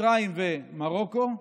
מצרים ומרוקו.